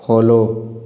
follow